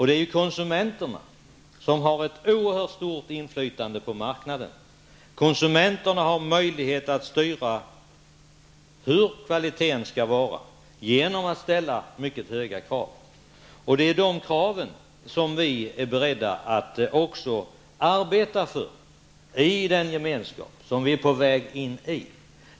Det är konsumenterna som har ett oerhört stort inflytande på marknaden. Konsumenterna har möjlighet att styra hur kvaliteten skall vara genom att ställa mycket höga krav. Det är de kraven som vi är beredda att arbeta för i den gemenskap som vi är på väg in i.